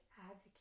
advocate